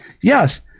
Yes